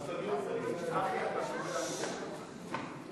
ההסתייגות לחלופין של קבוצת סיעת יש עתיד לסעיף 1 לא נתקבלה.